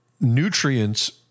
nutrients